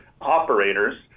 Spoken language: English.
operators